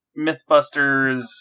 Mythbusters